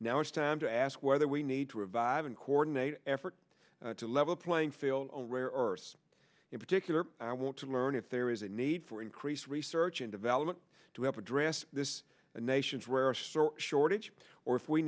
now it's time to ask whether we need to revive an coordinated effort to level the playing field for us in particular i want to learn if there is a need for increased research and development to help address this nation's rarest shortage or if we